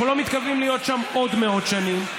אנחנו לא מתכוונים להיות שם עוד מאות שנים,